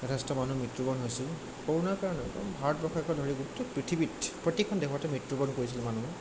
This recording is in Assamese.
যথেষ্ট মানুহ মৃত্যুবৰণ হৈছিল কৰোণাৰ কাৰণেও ভাৰতবৰ্ষকে ধৰি গোটেই পৃথিৱীত প্ৰতিখন দেশতে মৃত্যুবৰণ কৰিছিল মানুহে